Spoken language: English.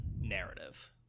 narrative